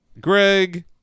Greg